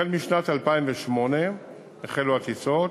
החל משנת 2008 החלו הטיסות.